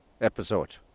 episode